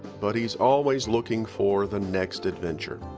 but he's always looking for the next adventure.